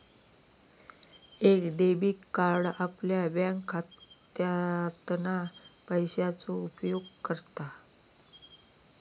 एक debit card आपल्या बँकखात्यातना पैशाचो उपयोग करता